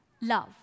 love